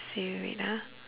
see wait ah